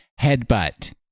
Headbutt